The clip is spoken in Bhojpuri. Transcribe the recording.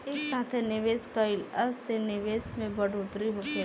एक साथे निवेश कईला से निवेश में बढ़ोतरी होखेला